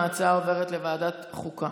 ההצעה עוברת לוועדת החוקה.